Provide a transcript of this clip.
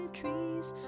trees